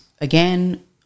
again